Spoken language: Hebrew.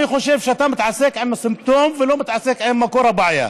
אני חושב שאתה מתעסק עם הסימפטום ולא מתעסק עם מקור הבעיה.